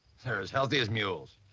they're as healthy as mules.